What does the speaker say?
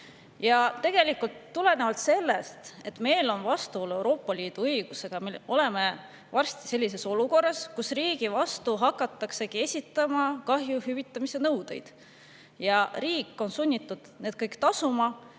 põhiseadusega. Tulenevalt sellest, et meil on vastuolu Euroopa Liidu õigusega, oleme me varsti sellises olukorras, kus riigi vastu hakatakse esitama kahju hüvitamise nõudeid ja riik on sunnitud need kõik tasuma.